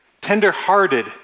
tender-hearted